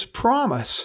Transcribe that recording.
promise